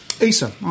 ESA